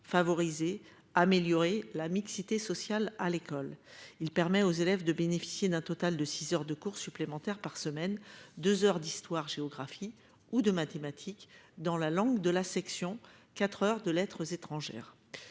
favoriser améliorer la mixité sociale à l'école. Il permet aux élèves de bénéficier d'un total de 6h de cours supplémentaires par semaine, 2h d'histoire-géographie ou de mathématiques dans la langue de la section 4h de lettres étrangères.